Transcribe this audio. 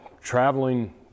traveling